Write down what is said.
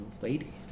lady